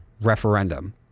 referendum